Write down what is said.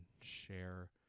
share